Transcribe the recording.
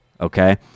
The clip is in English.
okay